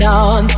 on